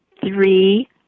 three